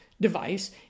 device